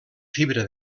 fibra